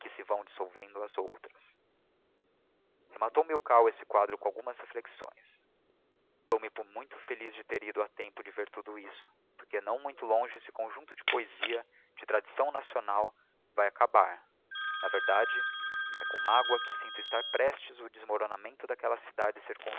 se vão dissolvendo as outras rematou milkau esse quadro com algumas reflexões dou-me por muito feliz em ter ido a tempo de ver tudo isto porque não muito longe esse conjuncto de poesia de tradição nacional vae acabar na verdade é com magua que sinto estar prestes o desmoronamento d'aquella cidade